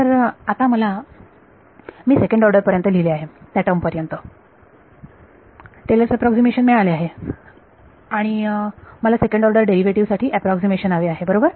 तर आता मला मी सेकंड ऑर्डर पर्यंत लिहिलेले आहे त्या टर्म पर्यंत टेलर्स अॅप्रॉक्सीमेशनTaylor's approximation मिळाले आहे आणि मला सेकंड ऑर्डर डेरिव्हेटिव्ह साठी अॅप्रॉक्सीमेशन हवे आहे बरोबर